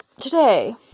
today